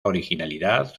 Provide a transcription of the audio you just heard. originalidad